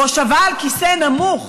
בהושבה על כיסא נמוך